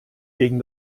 gegen